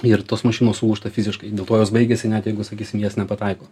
ir tos mašinos lūžta fiziškai dėl to jos baigiasi net jeigu sakysim jas nepataiko